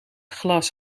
glas